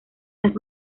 las